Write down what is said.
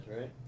right